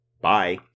bye